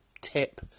tip